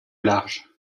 large